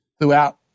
throughout